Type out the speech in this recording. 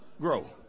grow